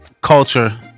Culture